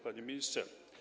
Panie Ministrze!